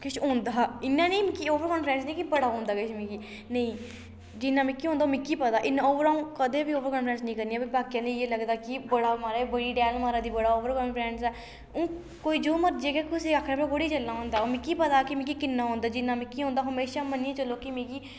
किश औंदा हा इ'यां नी कि मिगी ओवर काफीडैंस की बड़ा औंदा किश मिगी नेईं जिन्ना मिगी औंदा ओह् मिगी पता इन्ना ओवर अ'ऊं कदें बी ओवर काफीडैंस नी करनी कि बाकी आह्ले इ'यै लगदा कि बड़ा महाराज बड़ी डैल मारै दी बड़ा ओवर काफीडैंस ऐ हून कोई जो मर्जी गै कुसै गी आक्खै ओह् थोह्ड़ी चलना होंदा ओह् मिगी पता कि मिगी किन्ना औंदा जिन्ना मिगी औंदा हमेशां मन्नियै चलो कि मिगी